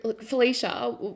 Felicia